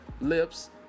lips